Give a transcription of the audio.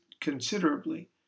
considerably